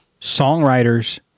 songwriters